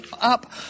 up